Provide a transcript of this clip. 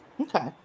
Okay